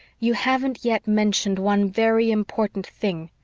you haven't yet mentioned one very important thing.